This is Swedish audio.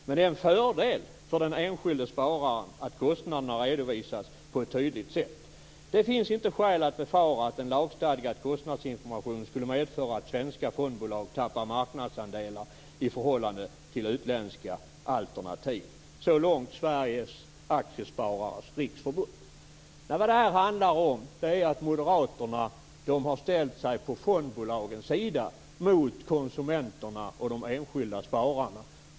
Men det är en fördel för den enskilde spararen att kostnaderna redovisas på ett tydligt sätt. Det finns inte skäl att befara att en lagstadgad kostnadsinformation skulle medföra att svenska fondbolag tappar marknadsandelar i förhållande till utländska alternativ. Så långt Sveriges Aktiesparares Riksförbund. Vad detta handlar om är att Moderaterna har ställt sig på fondbolagens sida mot konsumenterna och de enskilda spararna.